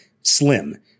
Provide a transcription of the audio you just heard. slim